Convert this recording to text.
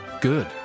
good